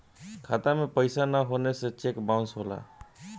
खाता में पइसा ना होखे से चेक बाउंसो होला